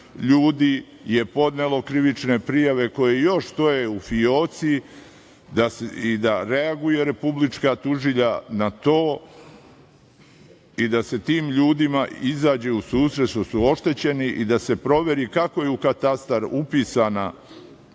ljudi je podnelo krivične prijave koje još stoje u fioci i da reaguje republička tužilja na to i da se tim ljudima izađe u susret što su oštećeni i da se proveri kako je u katastar upisano